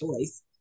choice